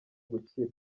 gukira